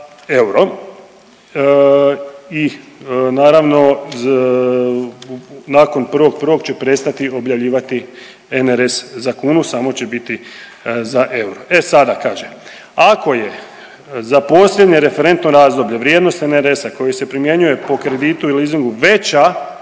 i naravno nakon 1.1. će prestati objavljivati NRS za kunu samo će biti za euro. E sada kaže, ako je za posljednje referentno razdoblje vrijednost NRS-a koji se primjenjuje po kreditu ili …/Govornik